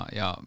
ja